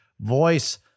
voice